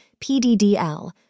PDDL